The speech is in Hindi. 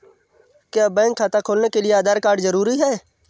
क्या बैंक खाता खोलने के लिए आधार कार्ड जरूरी है?